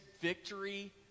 victory